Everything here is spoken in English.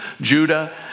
Judah